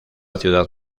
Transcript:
ciudad